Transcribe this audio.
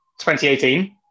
2018